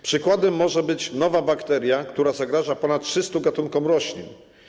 Przykładem może być nowa bakteria, która zagraża ponad 300 gatunkom roślin.